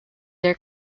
their